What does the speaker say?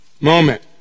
moment